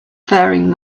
faring